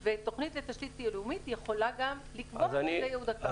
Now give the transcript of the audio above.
זה ניתן ותוכנית לתשתית לאומית יכולה גם לקבוע את יעוד הקרקע.